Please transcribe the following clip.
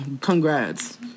Congrats